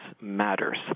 matters